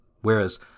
Whereas